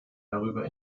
darüber